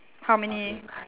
how many